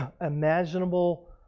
imaginable